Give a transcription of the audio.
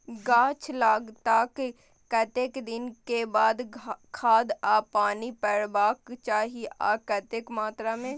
गाछ लागलाक कतेक दिन के बाद खाद आ पानी परबाक चाही आ कतेक मात्रा मे?